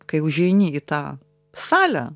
kai užeini į tą salę